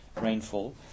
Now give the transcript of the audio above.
rainfall